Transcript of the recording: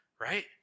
right